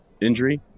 injury